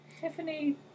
Tiffany